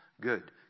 good